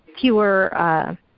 fewer